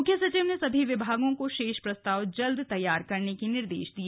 मुख्य सचिव ने सभी विभागों को शेष प्रस्ताव जल्द तैयार करने के निर्देश दिए